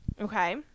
Okay